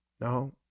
No